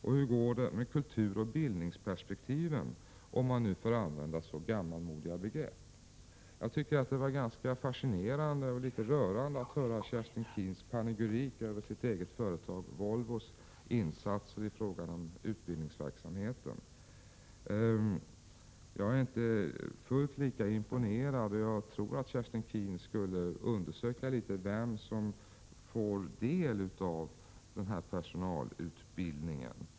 Och hur går det med kulturoch bildningsperspektiven, om man nu får använda så gammalmodiga begrepp? Jag tycker att det var ganska fascinerande och litet rörande att höra Kerstin Keens panegyrik över det företag där hon själv är anställd, nämligen Volvo, och dess insatser i fråga om utbildningsverksamheten. Jag är inte fullt lika imponerad. Jag tycker att Kerstin Keen skall undersöka vem som får del av denna personalutbildning.